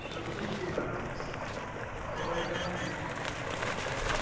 the provisions you went up. it's plus six total. oh is that for your accent for your sword?